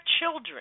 children